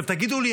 עכשיו תגידו לי,